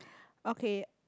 okay